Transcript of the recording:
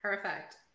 Perfect